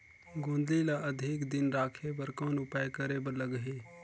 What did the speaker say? गोंदली ल अधिक दिन राखे बर कौन उपाय करे बर लगही?